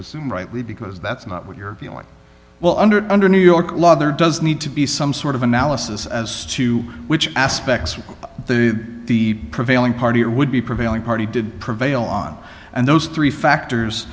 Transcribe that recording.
assume rightly because that's not what you're feeling well under under new york law there does need to be some sort of analysis as to which aspects of the the prevailing party are would be prevailing party did prevail on and those three factors